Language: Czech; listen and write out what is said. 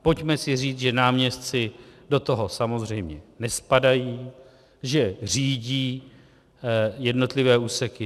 Pojďme si říct, že náměstci do toho samozřejmě nespadají, že řídí jednotlivé úseky.